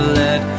let